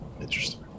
interesting